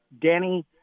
Danny